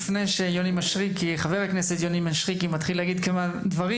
לפני שחבר הכנסת יוני משריקי מתחיל להגיד כמה דברים,